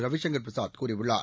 ரவிசங்கர் பிரசாத் கூறியுள்ளார்